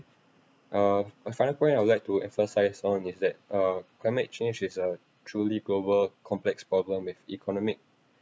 uh a final point I would like to emphasize on is that uh climate change is a truly global complex problem with economic